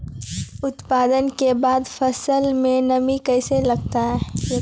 उत्पादन के बाद फसल मे नमी कैसे लगता हैं?